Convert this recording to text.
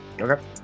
Okay